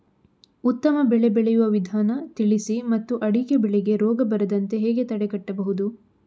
ಉತ್ತಮ ಬೆಳೆ ಬೆಳೆಯುವ ವಿಧಾನ ತಿಳಿಸಿ ಮತ್ತು ಅಡಿಕೆ ಬೆಳೆಗೆ ರೋಗ ಬರದಂತೆ ಹೇಗೆ ತಡೆಗಟ್ಟಬಹುದು?